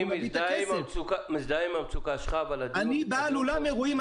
אני מזדהה עם המצוקה שלך --- אני בעל אולם אירועים,